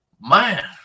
man